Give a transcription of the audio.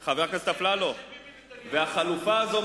בספר של ביבי נתניהו והחלופה הזאת,